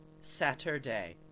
Saturday